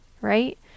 right